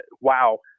wow